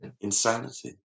insanity